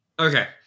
Okay